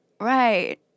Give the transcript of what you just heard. right